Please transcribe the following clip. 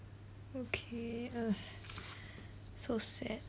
okay ugh so sad